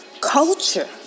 culture